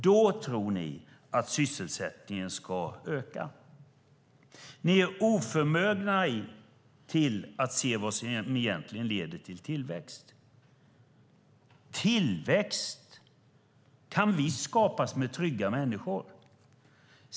Då tror ni att sysselsättningen ska öka. Ni är oförmögna att se vad som egentligen leder till tillväxt. Tillväxt kan visst skapas med trygga människor.